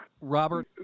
Robert